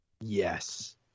Yes